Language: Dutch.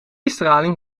straling